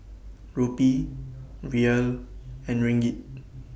Rupee Riel and Ringgit